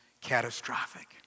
catastrophic